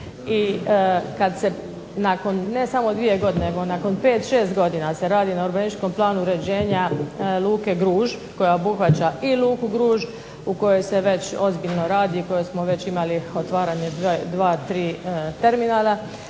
i kad se nakon ne samo dvije godine, nego nakon 5, 6 godina se radi na urbanističkom planu uređenja luke Gruž koja obuhvaća i luku Gruž u kojoj se već ozbiljno radi i koju smo već imali otvaranje dva, tri terminala,